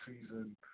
season